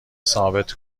ثابت